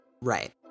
Right